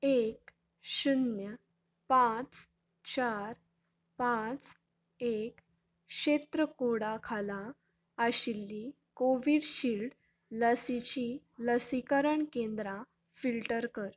एक शुन्य पांच चार पांच एक क्षेत्र कोडा खाला आशिल्लीं कोविडशिल्ड लसिचीं लसीकरण केंद्रा फिल्टर कर